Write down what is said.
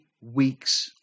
weeks